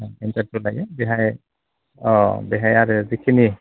internship लायो बेहाय अ बेहाय आरो जिखिनि